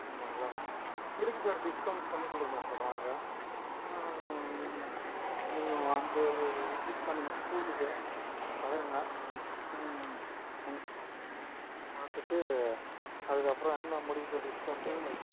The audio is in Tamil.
ஆமாம்ங்களா இருக்கு சார் டிஸ்கவுண்ட் பண்ணி கொடுக்கலாம் சார் வாங்க நீங்கள் நீங்கள் வந்து விசிட் பண்ணுங்கள் ஸ்கூலுக்கு பாருங்கள் பார்த்துட்டு அதுக்கப்புறம் என்ன முடியுதோ டிஸ்கவுண்ட்டு